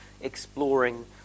exploring